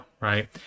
right